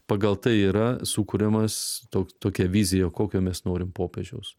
pagal tai yra sukuriamas tokia vizija kokio mes norim popiežiaus